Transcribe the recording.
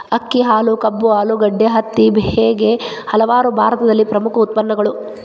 ಅಕ್ಕಿ, ಹಾಲು, ಕಬ್ಬು, ಆಲೂಗಡ್ಡೆ, ಹತ್ತಿ ಹೇಗೆ ಹಲವಾರು ಭಾರತದಲ್ಲಿ ಪ್ರಮುಖ ಉತ್ಪನ್ನಗಳು